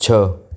છ